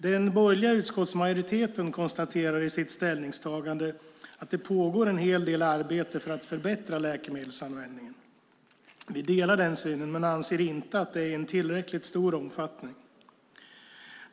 Den borgerliga utskottsmajoriteten konstaterar i sitt ställningstagande att det pågår en hel del arbete för att förbättra läkemedelsanvändningen. Vi delar den synen men anser inte att det sker i tillräckligt stor omfattning.